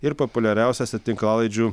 ir populiariausiose tinklalaidžių